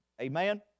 Amen